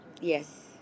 yes